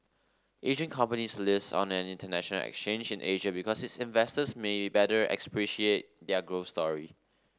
Asian companies list on an international exchange in Asia because its investors may better appreciate their growth story